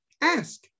ask